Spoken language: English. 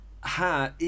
Ha